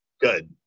good